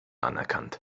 anerkannt